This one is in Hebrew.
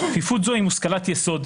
כפיפות זו היא מושכלת יסוד,